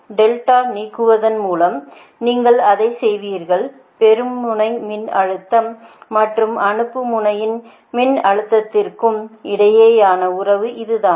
டெல்டாவை நீக்குவதன் மூலம் நீங்கள் அதைச் செய்வீர்கள் பெறும் முனை மின்னழுத்தம் மற்றும் அனுப்பும் முனையின் மின்னழுத்ததிற்க்கும் இடையேயான உறவு இதுதான்